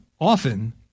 often